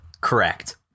Correct